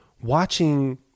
watching